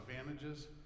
advantages